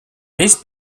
this